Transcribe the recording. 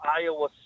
Iowa